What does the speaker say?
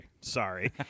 sorry